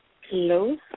Hello